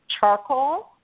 charcoal